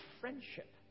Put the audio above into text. friendship